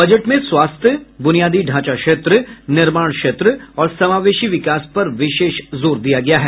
budget में स्वास्थ्य बूनियादी ढांचा क्षेत्र निर्माण क्षेत्र और समावेशी विकास पर विशेष जोर दिया गया है